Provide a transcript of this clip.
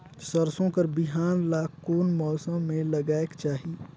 सरसो कर बिहान ला कोन मौसम मे लगायेक चाही?